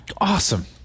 Awesome